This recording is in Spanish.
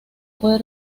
puede